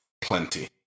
plenty